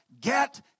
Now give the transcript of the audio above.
get